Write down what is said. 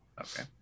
Okay